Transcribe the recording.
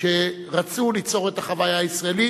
שרצו ליצור את החוויה הישראלית,